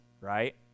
right